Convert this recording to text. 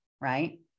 right